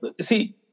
see